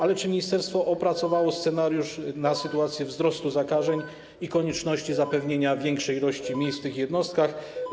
Ale czy ministerstwo opracowało scenariusz na sytuację wzrostu zakażeń i konieczności zapewnienia większej ilości miejsc w tych jednostkach?